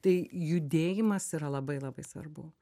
tai judėjimas yra labai labai svarbu